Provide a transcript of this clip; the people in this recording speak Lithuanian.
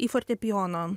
į fortepijono